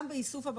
גם באיסוף הבקבוק.